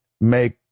make